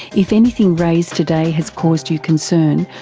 if anything raised today has caused you concern,